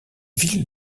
villes